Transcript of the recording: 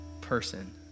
person